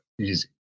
easy